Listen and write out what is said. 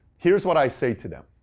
here's what i say to them.